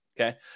Okay